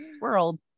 world